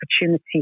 opportunity